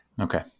Okay